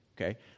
Okay